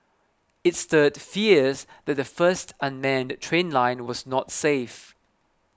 it stirred fears that the first unmanned train line was not safe